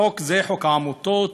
חוק זה, חוק העמותות,